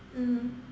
mmhmm